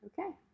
Okay